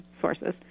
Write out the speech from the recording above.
sources